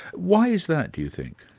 why is that, do you think?